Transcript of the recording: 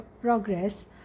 progress